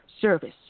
service